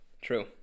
true